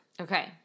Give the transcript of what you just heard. okay